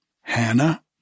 Hannah